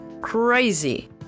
crazy